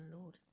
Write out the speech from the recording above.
Lord